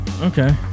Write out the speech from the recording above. Okay